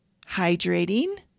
hydrating